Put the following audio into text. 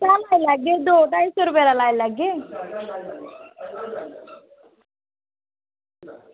सस्ता लाई लैगे दौ ढाई सौ रपे दा लाई लैगे